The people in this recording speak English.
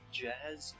jazz